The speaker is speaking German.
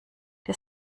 der